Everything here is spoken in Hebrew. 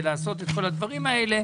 ולעשות את כל הדברים האלה,